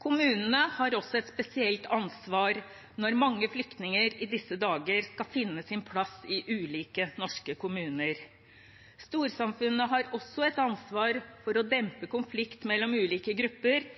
Kommunene har også et spesielt ansvar når mange flyktninger i disse dager skal finne sin plass i ulike norske kommuner, og storsamfunnet har et ansvar for å dempe konflikter mellom ulike grupper